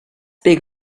big